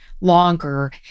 longer